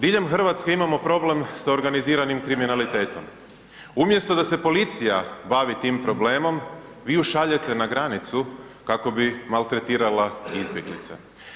Diljem Hrvatske imamo problem sa organiziranim kriminalitetom, umjesto da se policija bavi tim problemom vi ju šaljete na granicu kako bi maltretirala izbjeglice.